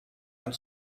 and